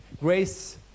Grace